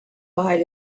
vahel